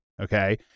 okay